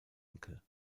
enkel